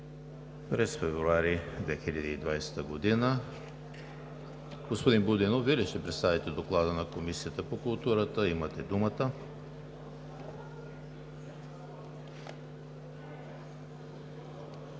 през февруари 2020 г. Господин Будинов, Вие ли ще представите Доклада на Комисията по културата? Имате думата.